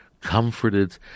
Comforted